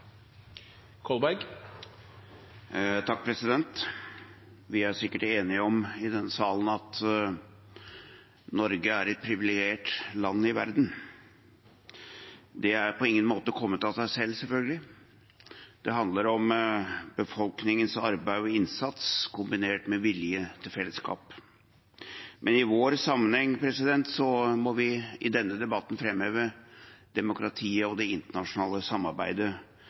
et privilegert land i verden. Det har selvfølgelig på ingen måte kommet av seg selv. Det handler om befolkningens arbeid og innsats kombinert med vilje til fellesskap. Men i vår sammenheng må vi i denne debatten framheve demokratiet og det internasjonale samarbeidet,